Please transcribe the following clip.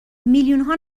میلیونها